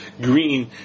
green